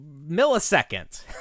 millisecond